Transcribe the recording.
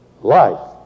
life